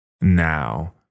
now